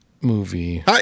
movie